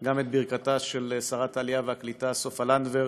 גם את ברכתה של שרת העלייה והקליטה סופה לנדבר,